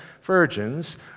virgins